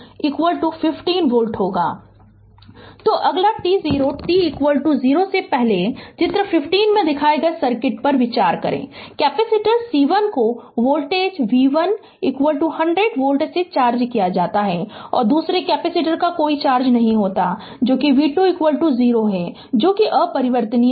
Refer slide time 2136 तो अगला t0 t 0 से पहले चित्र 15 में दिखाए गए सर्किट पर विचार करें कैपेसिटर C1 को वोल्टेज v1 100 वोल्ट से चार्ज किया जाता है और दूसरे कैपेसिटर का कोई चार्ज नहीं होता है जो कि v2 0 है जो कि अपरिवर्तित है